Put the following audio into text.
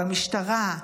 במשטרה,